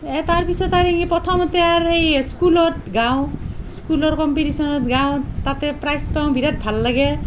এ তাৰ পিছত আৰু কি প্ৰথমতে আৰু সেই স্কুলত গাওঁ স্কুলৰ কম্পিটিশ্বনত গাওঁ তাতে প্ৰাইচ পাওঁ বিৰাট ভাল লাগে